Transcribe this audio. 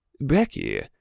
Becky